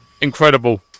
incredible